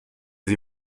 sie